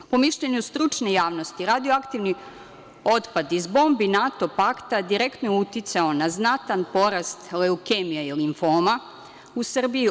Po mišljenju stručne javnosti, radioaktivni otpad iz bombi NATO pakta direktno je uticao na znatan porast leukemija i limfoma u Srbiji.